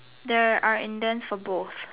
the are indent for both